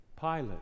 Pilate